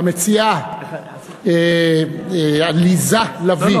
המציעה עליזה לביא,